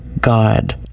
God